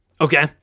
okay